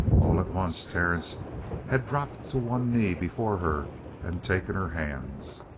all at once terence had dropped to one knee before her and taken her hands.